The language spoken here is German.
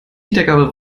wiedergabe